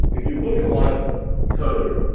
if you look at a lot of code,